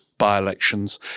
by-elections